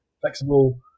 flexible